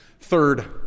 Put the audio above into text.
Third